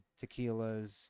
tequilas